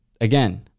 again